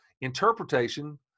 Interpretation